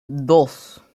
dos